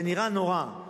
זה נראה נורא.